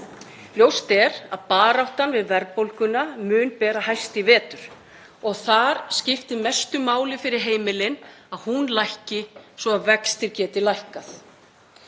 Ljóst er að baráttuna við verðbólguna mun bera hæst í vetur og þar skiptir mestu máli fyrir heimilin að hún lækki svo vextir geti lækkað.